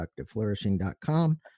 ProductiveFlourishing.com